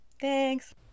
Thanks